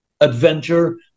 adventure